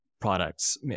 products